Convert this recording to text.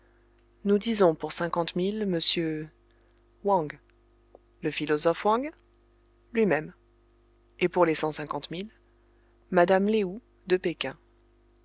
nous disons pour cinquante mille monsieur wang le philosophe wang lui-même et pour les cent cinquante mille mme lé ou de péking